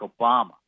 Obama